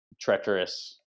treacherous